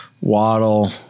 waddle